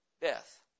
death